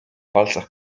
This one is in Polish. palcach